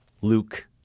Luke